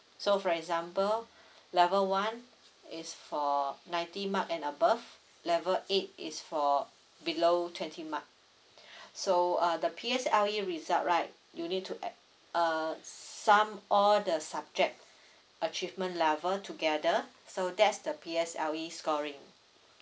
so for example level one is for ninety mark and above level eight is for below twenty mark so uh the P_S_L_E result right you need to add uh sum all the subject achievement level together so that's the P_S_L_E scoring